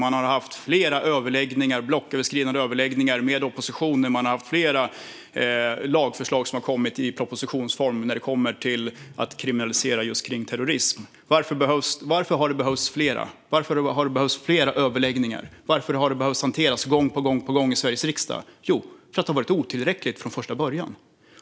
Man har haft flera blocköverskridande överläggningar med oppositionen, och man har kommit med flera lagförslag i propositionsform om att kriminalisera just kring terrorism. Varför har det behövts flera? Varför har det behövts flera överläggningar? Varför har detta behövt hanteras gång på gång i Sveriges riksdag? Jo, därför att det har varit otillräckligt från första början.